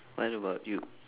what about you